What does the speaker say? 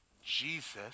Jesus